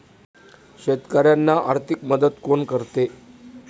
शेतकऱ्यांना आर्थिक मदत कोण करते?